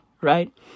right